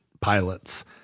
pilots